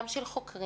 גם של חוקרים,